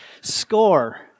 Score